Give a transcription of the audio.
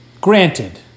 Granted